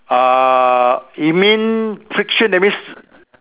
uh you mean friction that means